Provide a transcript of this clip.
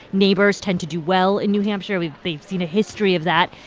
neighbors tend to do well in new hampshire. we've they've seen a history of that.